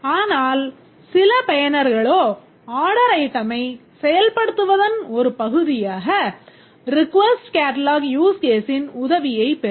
ஆனால் சில பயனர்களோ ஆர்டர் item ஐ செயல்படுத்துவதன் ஒரு பகுதியாக request catalogue use case ன் உதவியைப் பெருவர்